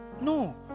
No